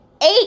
eight